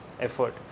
effort